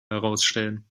herausstellen